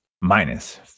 minus